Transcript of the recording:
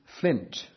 Flint